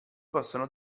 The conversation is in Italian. possono